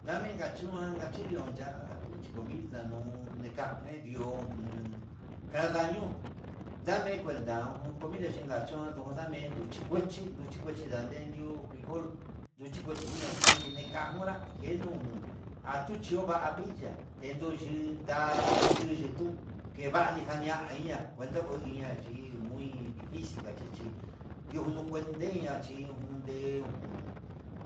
Ndamen kachua ngachindun ya'a vinchi comida nuu nade kaje ihó nun ka daño ndame kuenta un comida chinkachún n me yuchi kuii nduchi kuchi ndade dió frijol ndudendio frijol kochi nda nde di'ó frijol nduchi ndadeva hí ki ka'a hora kenu jun atuteva vixhi kedaviya, iin nda nduchi dintun kevani jania ini'a kuenta ko inia yii muy dificil ndachichi ndijo nuu kuenteiña chi junde jun